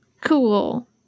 Cool